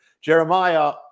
Jeremiah